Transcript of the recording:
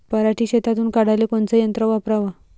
पराटी शेतातुन काढाले कोनचं यंत्र वापराव?